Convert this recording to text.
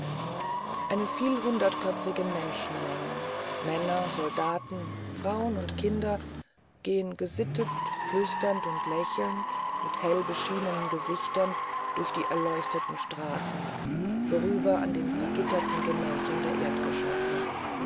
eine vielhundertköpfige menschenmenge männer soldaten frauen und kinder ziehen gesittet flüsternd und lächelnd mit hell beschienenen gesichtern durch die erleuchteten straßen vorüber an den vergitterten gemächern der erdgeschosse